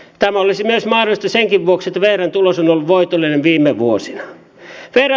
tämä olisi myös mahdollista senkin vuoksi että vrn tulos on ollut voitollinen viime vuosina